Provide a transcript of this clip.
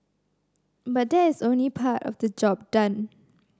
but that is only part of the job done